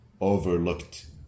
overlooked